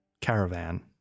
caravan